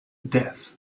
death